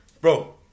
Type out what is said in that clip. Bro